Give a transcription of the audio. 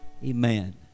Amen